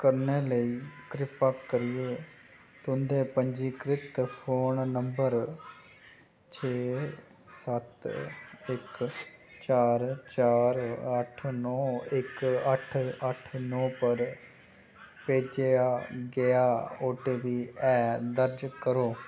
करने लेई कृपा करियै तुंदे पंजीकृत फोन नंबर छे सत्त इक चार चार अट्ठ नौ इक अट्ठ अट्ठ नौ पर भेजेआ गेआ ओ टी पी ऐ दर्ज करो